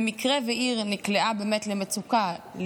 במקרה שעיר נקלעה באמת למצוקה,